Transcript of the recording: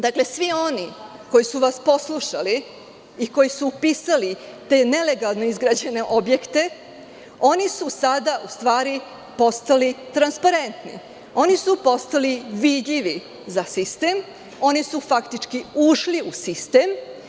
Dakle, svi oni koji su vas poslušali i koji su upisali te nelegalno izgrađene objekte, oni su sada u stvari postali transparenti, oni su postali vidljivi za sistem, oni su faktički ušli u sistem.